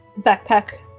backpack